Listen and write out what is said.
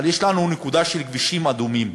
אבל יש לנו נקודה של כבישים אדומים,